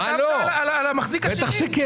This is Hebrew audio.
כתבת על המחזיק השני.